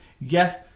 Yes